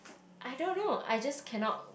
I don't know I just cannot